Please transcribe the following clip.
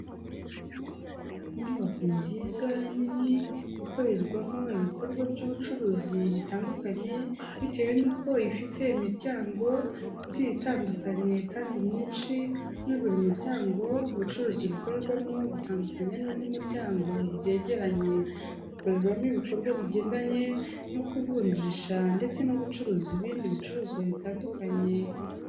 Inyubako nziza nini ikorerwamo ibikorwa by'ubucuruzi bitandukanye bitewe n'uko ifite imiryango igiye itandukanye kandi myinshi, muri buri muryango ubucuruzi bukorerwamo butandukanye n'undi muryango byegeranye. Hakorerwamo ibikorwa bigendanye no kuvunjisha ndetse no gucuruza ibindi bicuruzwa bitandukanye.